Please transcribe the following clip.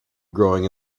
growing